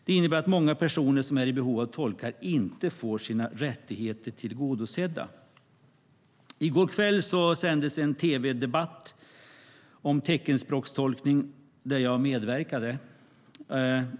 Det innebär att många personer som är i behov av tolkar inte får sina rättigheter tillgodosedda. I går kväll sändes en tv-debatt om teckenspråkstolkning där jag medverkade.